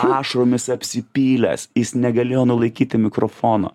ašaromis apsipylęs jis negalėjo nulaikyti mikrofono